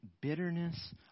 bitterness